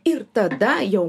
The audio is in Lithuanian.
ir tada jau